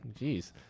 jeez